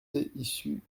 issus